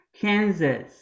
Kansas